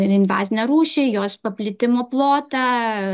invazinę rūšį jos paplitimo plotą